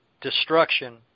destruction